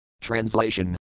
Translation